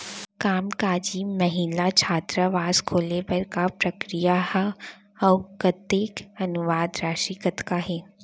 कामकाजी महिला छात्रावास खोले बर का प्रक्रिया ह अऊ कतेक अनुदान राशि कतका हे?